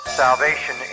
salvation